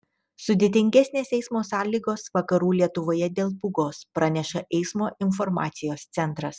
sudėtingesnės eismo sąlygos vakarų lietuvoje dėl pūgos praneša eismo informacijos centras